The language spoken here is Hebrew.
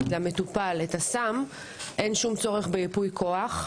למטופל את הסם אין שום צורך בייפוי כוח,